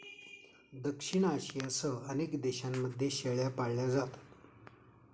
दक्षिण आशियासह अनेक देशांमध्ये शेळ्या पाळल्या जातात